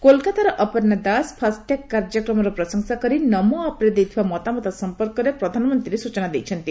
କୋଲକାତାର ଅପର୍ଷ୍ଣା ଦାସ ଫାଷ୍ଟଟ୍ୟାଗ୍ କାର୍ଯ୍ୟକ୍ରମର ପ୍ରଶଂସା କରି ନମୋ ଆପ୍ରେ ଦେଇଥିବା ମତାମତ ସମ୍ପର୍କରେ ପ୍ରଧାନମନ୍ତ୍ରୀ ସୂଚନା ଦେଇଥିଲେ